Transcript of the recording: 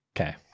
Okay